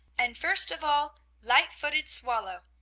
and first of all light-footed swallow,